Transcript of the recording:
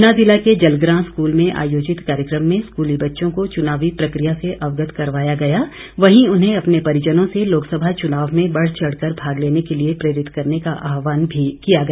ऊना ज़िला के जलग्रां स्कूल में आयोजित कार्यक्रम में स्कूली बच्चों को चुनावी प्रकिया से अवगत करवाया गया वहीं उन्हें अपने परिजनों से लोकसभा चुनाव में बढ़चढ़ कर भाग लेने के लिए प्रेरित करने का आहवान भी किया गया